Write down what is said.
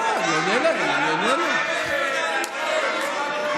אני מקשיב לך, ואני אומר שאתה לא אומר אמת.